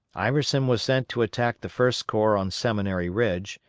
iverson was sent to attack the first corps on seminary ridge,